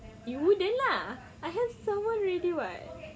you wouldn't lah I have someone already [what]